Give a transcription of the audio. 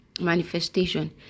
manifestation